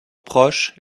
proche